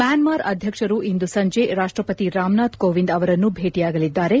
Myanmar ಅಧ್ಯಕ್ಷರು ಇಂದು ಸಂಜೆ ರಾಷ್ಷಪತಿ ರಾಮನಾಥ್ ಕೋವಿಂದ್ ಅವರನ್ನು ಭೇಟಿಯಾಗಲಿದ್ದಾರೆ